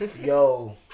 Yo